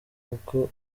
uko